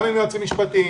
גם עם יועצים המשפטיים,